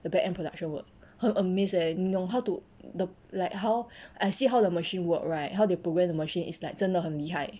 the back end production work 很 amazed eh 你懂 how to the like how I see how the machine work right how they programme the machine is like 真的很厉害